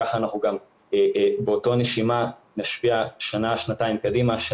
כך באותה נשימה נשפיע שנה-שנתיים קדימה כדי